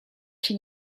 się